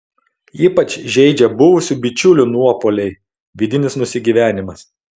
ypač žeidžia buvusių bičiulių nuopuoliai vidinis nusigyvenimas